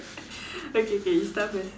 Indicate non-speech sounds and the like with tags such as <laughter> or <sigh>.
<breath> okay K you start first